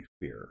fear